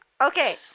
Okay